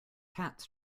cats